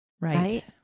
Right